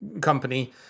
company